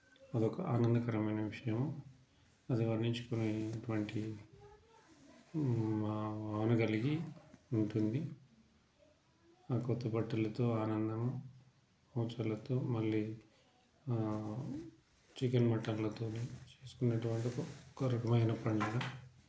అదొక ఆనందకరమైన విషయము అది వర్ణించుకునేటువంటి అనగలిగి ఉంటుంది ఆ కొత్త బట్టలతో ఆనందం మళ్ళీ చికెన్ మటన్లతోని చేసుకునేటందుకు ఒక రకమైన పండుగ